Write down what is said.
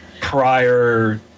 prior